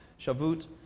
Shavuot